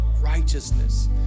Righteousness